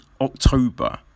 October